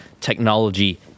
technology